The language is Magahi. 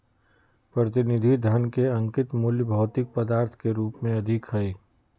प्रतिनिधि धन के अंकित मूल्य भौतिक पदार्थ के रूप में अधिक हइ